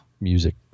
music